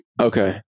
Okay